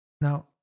Now